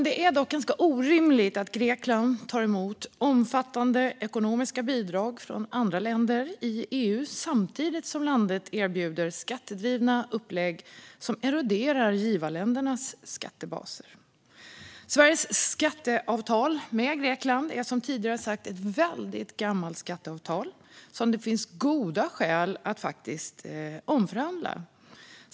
Det är dock orimligt, fru talman, att Grekland tar emot omfattande ekonomiska bidrag från andra länder i EU samtidigt som landet erbjuder skattedrivna upplägg som eroderar givarländernas skattebaser. Sveriges skatteavtal med Grekland är, som tidigare sagts, ett väldigt gammalt skatteavtal som det finns goda skäl att omförhandla.